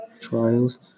trials